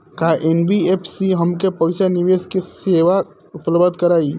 का एन.बी.एफ.सी हमके पईसा निवेश के सेवा उपलब्ध कराई?